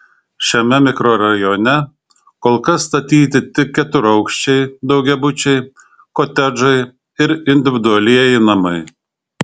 šiame mikrorajone kol kas statyti tik keturaukščiai daugiabučiai kotedžai ir individualieji namai